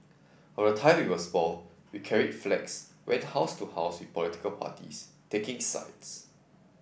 from the time we were small we carried flags went house to house with political parties taking sides